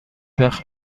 وقت